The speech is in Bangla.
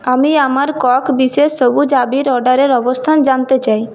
আমি আমার কক বিশেষ সবুজ আবির অর্ডারের অবস্থান জানতে চাই